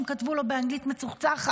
הם כתבו לו באנגלית מצוחצחת: